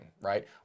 right